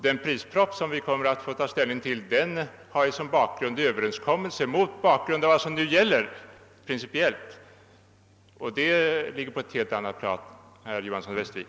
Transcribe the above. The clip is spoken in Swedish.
Den prisproposition som vi kommer att få ta ställning till har ju som bakgrund en överenskommelse som är betingad av vad som nu gäller principiellt. Det ligger på ett helt annat pian, herr Johanson i Västervik.